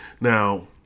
Now